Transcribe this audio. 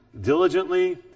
Diligently